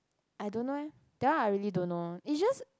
I don't know leh that one I really don't know it's just